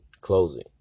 closing